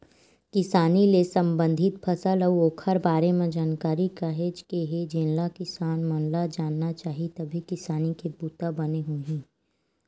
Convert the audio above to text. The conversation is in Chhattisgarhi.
किसानी ले संबंधित फसल अउ ओखर बारे म जानकारी काहेच के हे जेनला किसान मन ल जानना चाही तभे किसानी के बूता बने होही